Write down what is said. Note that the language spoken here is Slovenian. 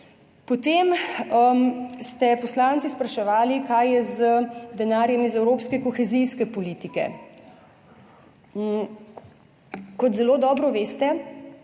Potem ste poslanci spraševali, kaj je z denarjem iz Evropske kohezijske politike. Kot zelo dobro veste,